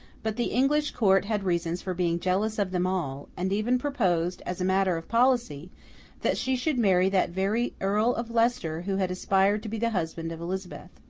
but the english court had reasons for being jealous of them all, and even proposed as a matter of policy that she should marry that very earl of leicester who had aspired to be the husband of elizabeth.